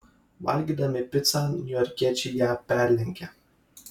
valgydami picą niujorkiečiai ją perlenkia